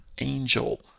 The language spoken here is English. angel